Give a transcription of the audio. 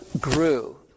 grew